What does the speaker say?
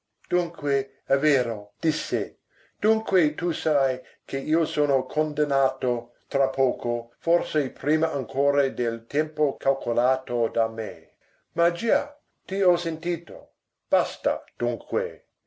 dunque è vero disse dunque tu sai che io sono condannato tra poco forse prima ancora del tempo calcolato da me ma già ti ho sentito basta dunque